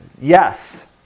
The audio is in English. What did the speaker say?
Yes